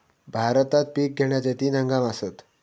भारतात पिक घेण्याचे तीन हंगाम आसत